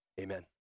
amen